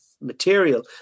material